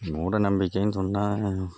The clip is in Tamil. மூடநம்பிக்கைன்னு சொன்னால்